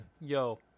Yo